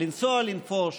לנסוע לנפוש